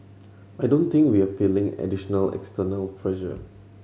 I don't think we're feeling additional external pressure